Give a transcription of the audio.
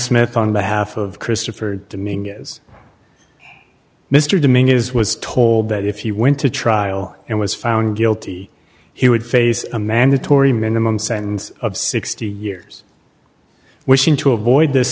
smith on behalf of christopher dominguez mr dominguez was told that if he went to trial and was found guilty he would face a mandatory minimum sentence of sixty years wishing to avoid this